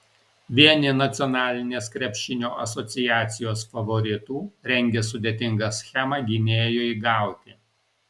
vieni nacionalinės krepšinio asociacijos favoritų rengia sudėtingą schemą gynėjui gauti